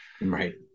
Right